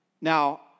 Now